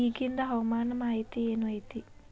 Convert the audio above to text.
ಇಗಿಂದ್ ಹವಾಮಾನ ಮಾಹಿತಿ ಏನು ಐತಿ?